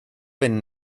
been